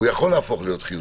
הוא יכול להפוך להיות חיוני.